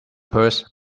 purse